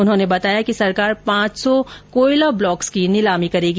उन्होंने बताया कि सरकार पांच सौ कोयल ब्लॉक्स की नीलामी करेगी